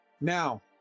now